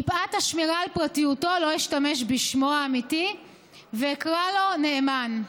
מפאת השמירה על פרטיותו לא אשתמש בשמו האמיתי ואקרא לו נאמן.